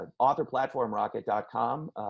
Authorplatformrocket.com